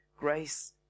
Grace